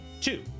Two